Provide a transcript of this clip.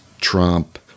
Trump